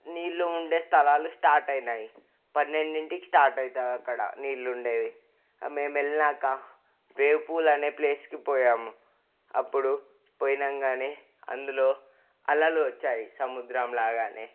నీళ్లు ఉండే స్థలాలు స్టార్ట్ అయినాయి పన్నెండింటికి స్టార్ట్ అయితది అక్కడ నీళ్లు ఉండేది మేం వెళ్ళినాక వేవ్ పూల్ అనే ప్లేస్కి పోయాము అప్పుడు పోయినంగానే అందులో అలలు వచ్చాయి సముద్రం లాగానే